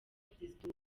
prezida